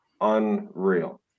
unreal